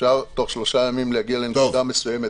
אפשר תוך שלושה ימים להגיע לנקודה מסוימת.